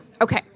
Okay